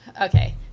Okay